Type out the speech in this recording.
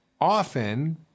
Often